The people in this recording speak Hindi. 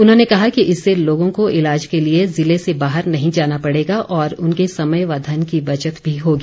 उन्होंने कहा कि इससे लोगों को इलाज के लिए ज़िले से बाहर नहीं जाना पड़ेगा और उनके समय व धन की बचत भी होगी